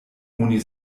oni